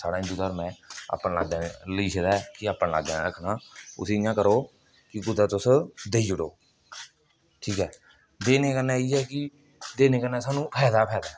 साढ़ा हिन्दू धर्म ऐ अपने लाग्गै लिखे दा ऐ कि अपने लाग्गै रक्खना उसी इ'यां करो कि कुतै तुस देई ओड़ो ठीक ऐ देने कन्नै इ'यै कि देने कन्नै सानूं फायदा गै फायदा ऐ